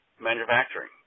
manufacturing